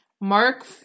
Mark